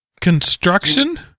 Construction